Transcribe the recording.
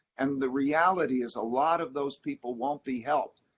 and the reality is, a lot of those people won't be helped.